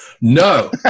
no